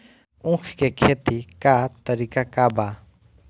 उख के खेती का तरीका का बा?